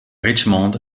richmond